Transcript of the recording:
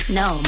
no